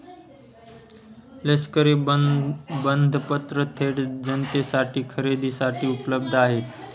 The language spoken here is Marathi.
लष्करी बंधपत्र थेट जनतेसाठी खरेदीसाठी उपलब्ध आहेत